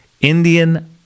Indian